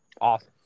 awesome